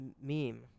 meme